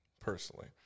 personally